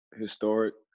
historic